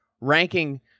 ranking